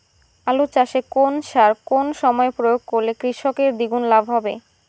আলু চাষে কোন সার কোন সময়ে প্রয়োগ করলে কৃষকের দ্বিগুণ লাভ হবে?